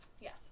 Yes